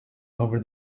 over